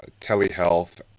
telehealth